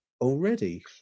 already